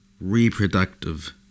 reproductive